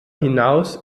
hinaus